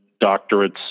doctorates